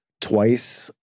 twice